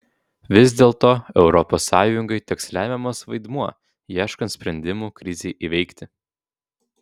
vis dėlto europos sąjungai teks lemiamas vaidmuo ieškant sprendimų krizei įveikti